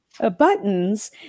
Buttons